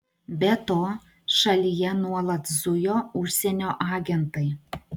be to šalyje nuolat zujo užsienio agentai